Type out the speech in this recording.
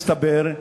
מסתבר,